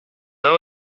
know